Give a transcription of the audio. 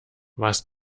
was